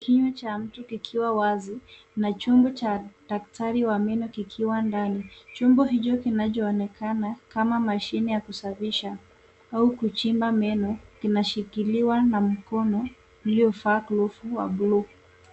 Kinywa cha mtu kikiwa wazi na chombo cha daktari wa meno kikiwa ndani. Chombo hicho kinachoonekana kama mashine ya kusafisha au kuchimba meno kinashikiliwa na mkono uliovaa glovu wa bluu.